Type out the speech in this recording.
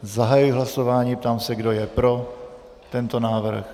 Zahajuji hlasování, ptám se, kdo je pro tento návrh.